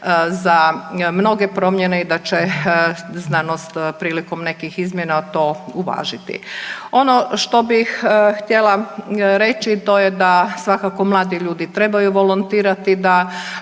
za mnoge promjene i da će znanost prilikom nekih izmjena to uvažiti. Ono što bih htjela reći, to je da svakako, mladi ljudi trebaju volontirati, da